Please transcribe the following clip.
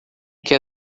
que